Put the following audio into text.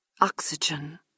oxygen